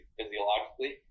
physiologically